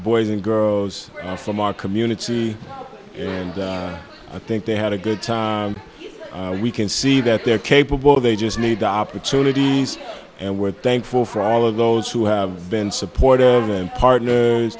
boys and girls from our community and i think they had a good time we can see that they're capable they just need opportunities and we're thankful for all of those who have been supportive and partner